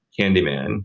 Candyman